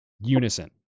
unison